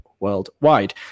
worldwide